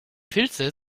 pilze